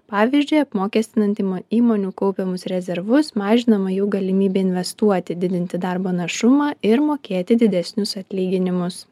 pavyzdžiui apmokestinant įmon įmonių kaupiamus rezervus mažinama jų galimybė investuoti didinti darbo našumą ir mokėti didesnius atlyginimus